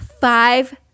five